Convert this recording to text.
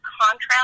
contrast